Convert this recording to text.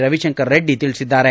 ರವಿಶಂಕರ್ ರೆಡ್ಡಿ ತಿಳಿಸಿದ್ದಾರೆ